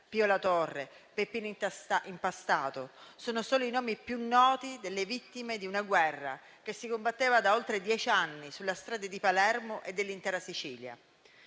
Pio La Torre, Peppino Impastato sono solo i nomi più noti delle vittime di una guerra che si combatteva da oltre dieci anni sulle strade di Palermo e dell'intera Sicilia.